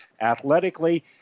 athletically